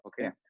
Okay